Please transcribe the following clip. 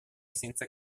senza